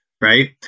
right